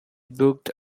booked